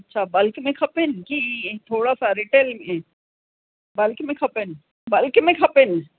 छा बल्क में खपेनि की थोरा सा रीटेल में बल्क में खपेनि बल्क में खपेनि